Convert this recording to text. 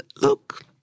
look